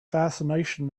fascination